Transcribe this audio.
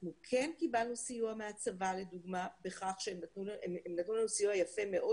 אנחנו כן קיבלנו סיוע מהצבא לדוגמה הם נתנו לנו סיוע יפה מאוד